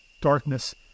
darkness